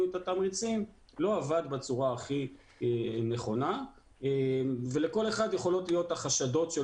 את התמריצים לא עבד בצורה נכונה ולכל אחד יכולים להיות חשדות,